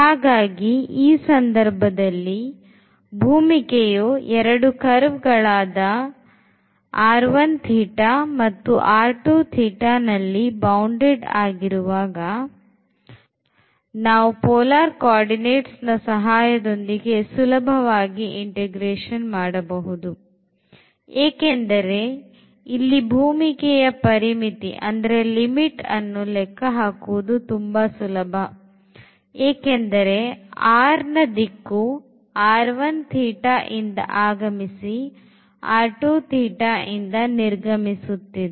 ಹಾಗಾಗಿ ಈ ಸಂದರ್ಭದಲ್ಲಿ ಭೂಮಿಕೆಯೂ 2 curve ಗಳಾದ ಮತ್ತು ನಲ್ಲಿ bounded ಆಗಿರುವಾಗ ನಾವು polar coordinates ಸಹಾಯದೊಂದಿಗೆ ಸುಲಭವಾಗಿ ಇಂಟಿಗ್ರೇಷನ್ ಮಾಡಬಹುದು ಏಕೆಂದರೆ ಇಲ್ಲಿ ಭೂಮಿಕೆಯ ಪರಿಮಿತಿಯನ್ನು ಲೆಕ್ಕ ಹಾಕುವುದು ತುಂಬಾ ಸುಲಭ ಏಕೆಂದರೆ r ನ ದಿಕ್ಕು ನಿಂದ ಆಗಮಿಸಿ ಇಂದ ನಿರ್ಗಮಿಸುತ್ತದೆ